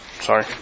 Sorry